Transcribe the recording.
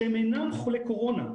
שהם אינם חולי קורונה,